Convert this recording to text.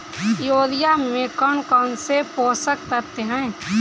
Urea में कौन कौन से पोषक तत्व है?